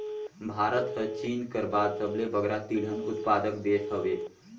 भारत हर चीन कर बाद सबले बगरा तिलहन उत्पादक देस हवे